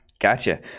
Gotcha